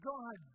God